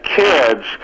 kids